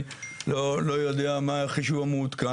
אני לא יודע מה החישוב המעודכן,